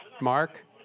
Mark